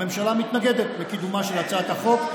הממשלה מתנגדת לקידומה של הצעת החוק.